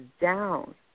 down